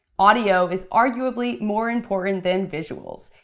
audio is arguably more important than visuals.